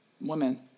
women